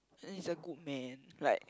and he's a good man like